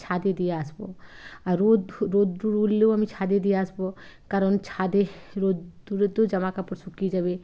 ছাদে দিয়ে আসব আর রোদ রোদ্দুর উঠলেও আমি ছাদে দিয়ে আসব কারণ ছাদে রোদ্দুরেতেও জামা কাপড় শুকিয়ে যাবে